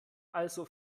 also